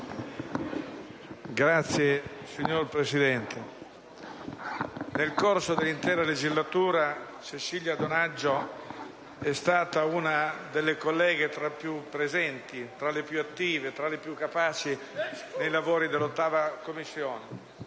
*(PdL)*. Signora Presidente, nel corso dell'intera legislatura, Cecilia Donaggio è stata una delle colleghe più presenti, più attive e più capaci nei lavori dell'8a Commissione.